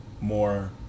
more